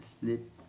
sleep